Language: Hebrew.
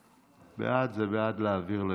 בעד זה בעד להעביר לוועדה.